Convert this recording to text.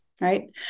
right